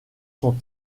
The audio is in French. sont